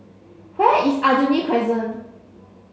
where is Aljunied Crescent